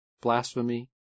blasphemy